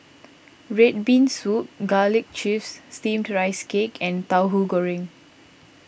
Red Bean Soup Garlic Chives Steamed Rice Cake and Tahu Goreng